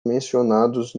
mencionados